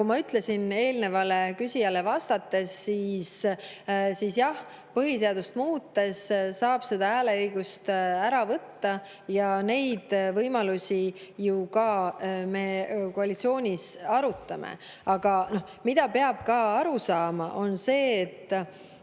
nagu ma ütlesin eelnevale küsijale vastates, et jah, põhiseadust muutes saab hääleõigust ära võtta ja neid võimalusi me ju ka koalitsioonis arutame. Aga peab aru saama ka sellest, et